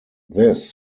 this